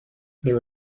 there